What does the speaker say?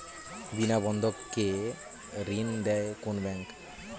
বিনা বন্ধক কে ঋণ দেয় কোন ব্যাংক?